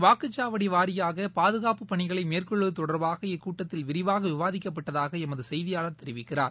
வாக்குச்சாவடி வாரியாக பாதுகாப்புப் பணிகளை மேற்கொள்வது தொடர்பாக இக்கூட்டத்தில் விரிவாக விவாதிக்கப்பட்டதாக எமது செய்தியாளர் தெரிவிக்கிறார்